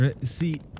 See